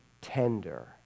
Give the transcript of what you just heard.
tender